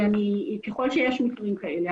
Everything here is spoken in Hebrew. ככל שיש מקרים כאלה,